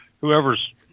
whoever's